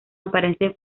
aparecen